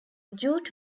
jute